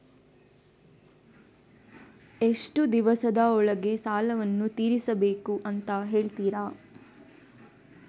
ಎಷ್ಟು ದಿವಸದ ಒಳಗೆ ಸಾಲವನ್ನು ತೀರಿಸ್ಬೇಕು ಅಂತ ಹೇಳ್ತಿರಾ?